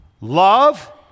Love